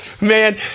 man